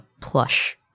plush